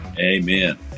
Amen